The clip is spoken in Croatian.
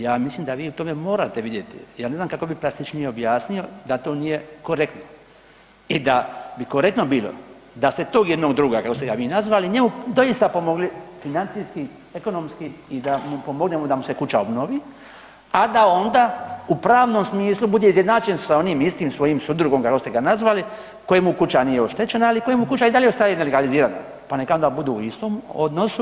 Ja mislim da vi o tome morate vidjeti, ja ne znam kako bi plastičnije objasnio da to nije korektno i da bi korektno bilo da ste tog jednog druga kako ste ga vi nazvali njemu doista pomogli financijski, ekonomski i da mu pomognemo da mu se kuća obnovi, a da onda u pravnom smislu bude izjednačen sa onim istim onim svojim sudrugom kako ste ga nazvali kojemu kuća nije oštećena ali kojemu kuća i dalje ostaje nelegalizirana pa onda neka budu u istom odnosu.